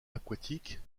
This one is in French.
aquatiques